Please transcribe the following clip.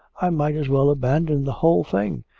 i might as well abandon the whole thing!